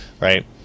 Right